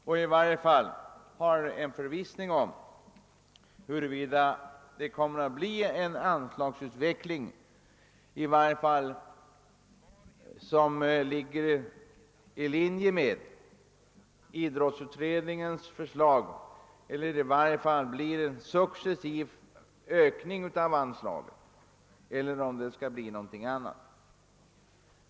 Man skall under alla förhållanden veta om det kommer att bli en anslagsutveckling som ligger i linje med idrottsutredningens förslag — i varje fall en successiv ökning av anslagen — eller någonting annat.